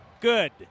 good